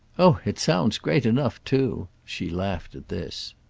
oh it sounds great enough too! she laughed at this.